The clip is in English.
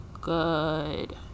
good